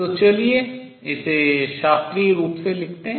तो चलिए इसे शास्त्रीय रूप से लिखते हैं